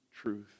truth